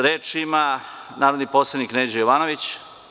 Reč ima narodni poslanik Neđo Jovanović.